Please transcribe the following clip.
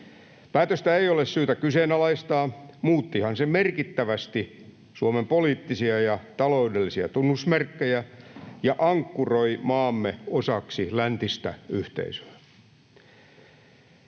Päätöstä ei ole syytä kyseenalaistaa, muuttihan se merkittävästi Suomen poliittisia ja taloudellisia tunnusmerkkejä ja ankkuroi maamme osaksi läntistä yhteisöä.